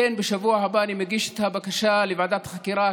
בשבוע הבא אני מגיש את הבקשה לוועדת חקירה.